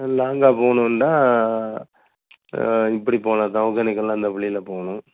லாங்காக போகணுன்னா இப்படி போனால்த்தான் ஒக்கேனக்கல் அந்த வழியில் போகணும்